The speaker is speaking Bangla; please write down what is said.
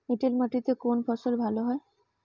এঁটেল মাটিতে কোন ফসল ভালো হয়?